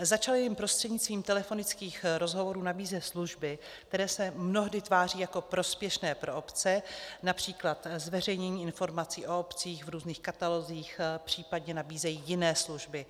Začali jim prostřednictvím telefonických rozhovorů nabízet služby, které se mnohdy tváří jako prospěšné pro obce, například zveřejnění informací o obcích v různých katalozích, případně nabízejí jiné služby.